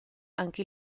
anche